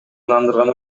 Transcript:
ынандырган